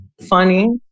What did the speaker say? funny